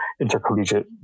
intercollegiate